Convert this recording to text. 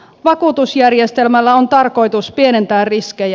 vakuutusjärjestelmällä on tarkoitus pienentää riskejä